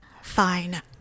fine